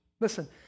Listen